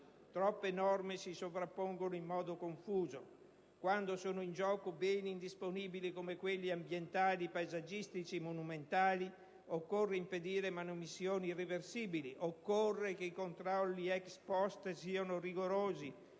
troppe norme si sovrappongono in modo confuso. Quando sono in gioco beni pubblici indisponibili come quelli ambientali, paesaggistici e monumentali occorre impedire manomissioni irreversibili. Occorre che i controlli *ex post* siano rigorosi,